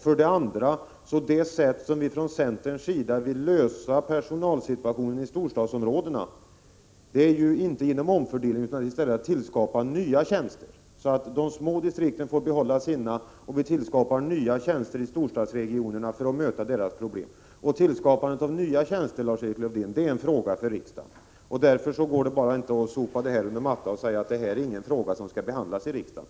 För det andra vill vi inom centern inte lösa personalfrågorna i storstadsområdena genom en omfördelning utan i stället genom tillskapande av nya tjänster, varvid de små distrikten får behålla sina tjänster och nya tjänster tillförs storstadsregionerna för lösande av dessa problem. Tillskapandet av nya tjänster är, Lars-Erik Lövdén, en fråga för riksdagen. Man kan därför inte sopa denna fråga under mattan och säga att den inte skall behandlas i riksdagen.